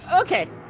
Okay